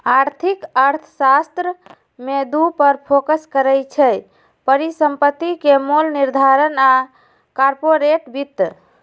आर्थिक अर्थशास्त्र में दू पर फोकस करइ छै, परिसंपत्ति के मोल निर्धारण आऽ कारपोरेट वित्त